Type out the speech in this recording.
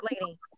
lady